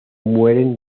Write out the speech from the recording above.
mueren